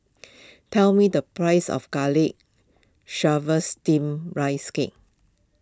tell me the price of Garlic Chives Steamed Rice Cake